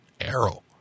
Arrow